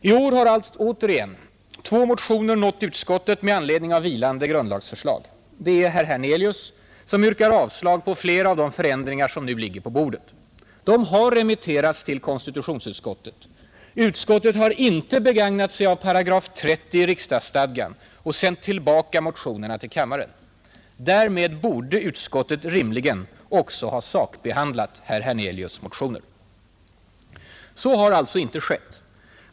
I år har återigen två motioner nått utskottet med anledning av vilande grundlagsförslag. Herr Hernelius har i dem yrkat avslag på flera av de ändringsförslag som nu ligger på bordet. Motionerna har remitterats till konstitutionsutskottet. Utskottet har inte begagnat sig av 308 i riksdagsstadgan och sänt tillbaka motionerna till kammaren. Därmed borde utskottet rimligen också ha sakbehandlat herr Hernelius” motioner. Så har alltså inte skett.